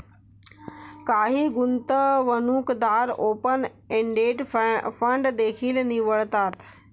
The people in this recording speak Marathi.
काही गुंतवणूकदार ओपन एंडेड फंड देखील निवडतात